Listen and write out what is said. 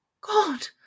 God